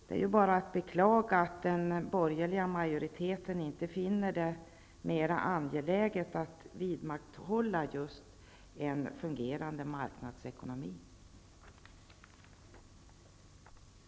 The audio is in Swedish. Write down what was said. Det är bara att beklaga att den borgerliga majoriteten inte finner det mera angeläget att vidmakthålla just en fungerande marknadsekonomi.